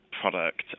product